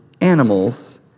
animals